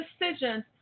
decisions